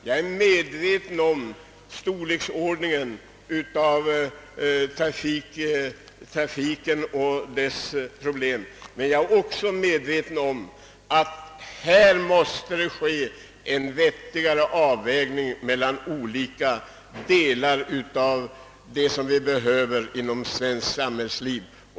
Jag är medveten om storleken av trafiken och dess problem, men jag är också medveten om att det här måste ske en vettigare avvägning mellan olika delar av det som vi behöver inom svensk samhällsliv.